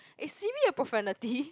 is C_B a profanity